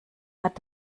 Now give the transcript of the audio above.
hat